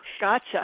gotcha